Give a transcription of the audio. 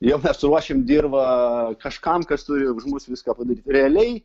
jau ruošim dirvą kažkam kas turi už mus viską padaryt realiai